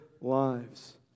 lives